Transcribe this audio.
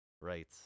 Right